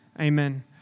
amen